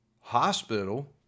hospital